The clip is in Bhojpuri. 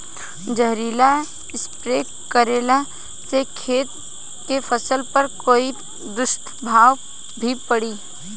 जहरीला स्प्रे करला से खेत के फसल पर कोई दुष्प्रभाव भी पड़ी?